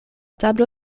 tablo